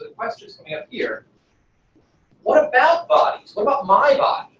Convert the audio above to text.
the question is coming up here what about bodies? what about my body?